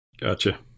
gotcha